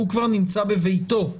הוא כבר נמצא בביתו,